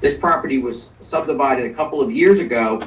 this property was subdivided a couple of years ago